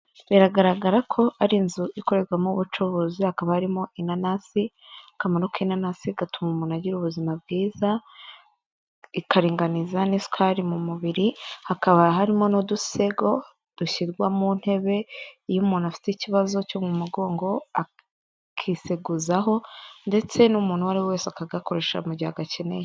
Biragaragara ko ari inzu ikorerwamo ubucuruzi, hakaba harimo inanasi, akamaro k'inanasi gatuma umuntu agira ubuzima bwiza, ikaringaniza n'isukari mu mubiri, hakaba harimo n'udusego dushyirwa mu ntebe, iyo umuntu afite ikibazo cyo mu mugongo akiseguzaho ndetse n'umuntu uwo ari wese akagakoresha mu gihe agakeneye.